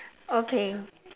okay